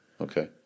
Okay